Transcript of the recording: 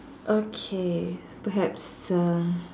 okay perhaps a